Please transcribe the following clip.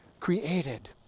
Created